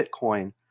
Bitcoin